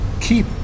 Keep